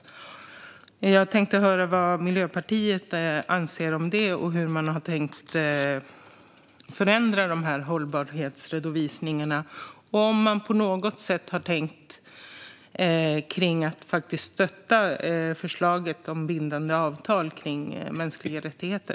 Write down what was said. Jag skulle vilja höra vad Miljöpartiet anser om det och hur man har tänkt förändra hållbarhetsredovisningarna. Jag undrar också om man har tänkt någonting kring att stötta förslaget om bindande avtal gällande mänskliga rättigheter.